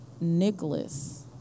Nicholas